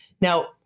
Now